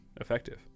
effective